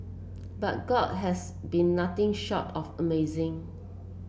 but God has been nothing short of amazing